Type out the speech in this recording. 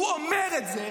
הוא אומר את זה,